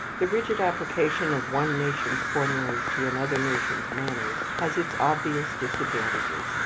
the rigid application of one nation's formulas to another nation's manners has its obvious disadvantages.